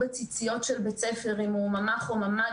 בציציות של בית ספר אם הוא ממ"ח או ממ"ד,